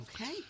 Okay